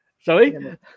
Sorry